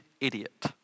idiot